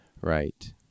Right